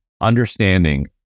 understanding